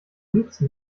liebsten